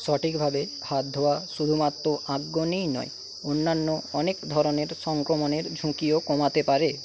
সঠিকভাবে হাত ধোয়া শুধুমাত্র নয় অন্যান্য অনেক ধরণের সংক্রমণের ঝুঁকিও কমাতে পারে